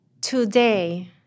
Today